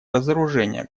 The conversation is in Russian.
разоружения